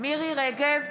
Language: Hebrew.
מירי מרים רגב,